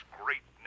great